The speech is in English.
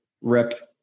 rip